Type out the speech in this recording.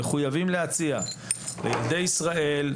להציע לילדי ישראל,